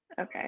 Okay